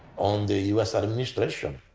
on the us administration,